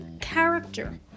Character